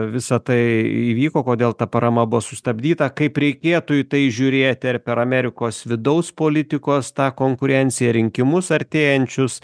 visa tai įvyko kodėl ta parama buvo sustabdyta kaip reikėtų į tai žiūrėti ar per amerikos vidaus politikos tą konkurenciją rinkimus artėjančius